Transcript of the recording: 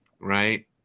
right